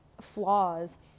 flaws